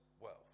wealth